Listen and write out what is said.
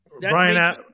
Brian